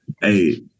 hey